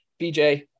BJ